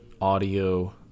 audio